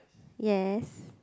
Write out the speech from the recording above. yes